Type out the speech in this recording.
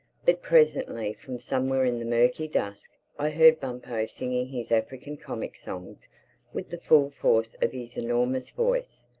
but presently from somewhere in the murky dusk i heard bumpo singing his african comic songs with the full force of his enormous voice.